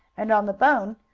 and on the bone,